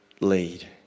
lead